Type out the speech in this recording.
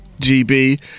GB